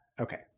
Okay